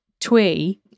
twee